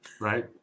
right